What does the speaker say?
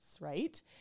right